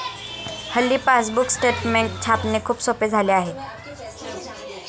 हल्ली passbook statement छापणे खूप सोपे झाले आहे